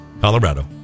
Colorado